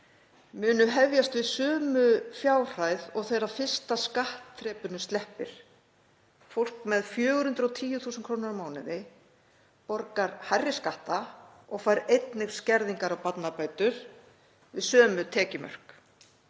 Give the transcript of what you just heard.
munu hefjast við sömu fjárhæð og þegar fyrsta skattþrepinu sleppir. Fólk með 410.000 kr. á mánuði borgar hærri skatta og fær einnig skerðingar á barnabætur við sömu tekjumörk.